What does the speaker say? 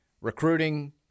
recruiting